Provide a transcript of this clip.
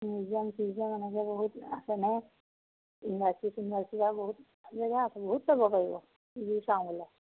museum চিউজিয়াম এনেকৈ বহুত আছে নহয় ইউনিভাৰ্চিটি চিউনিভাৰ্চিটি আৰু জেগা আছে বহুত চাব পাৰিব যি চাওঁ বোলে